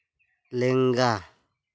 ᱞᱮᱸᱜᱟ